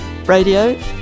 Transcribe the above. Radio